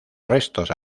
restos